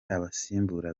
abasimbura